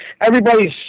Everybody's